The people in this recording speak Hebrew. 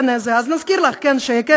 אז נזכיר לך: פה-פה-פה,